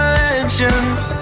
legends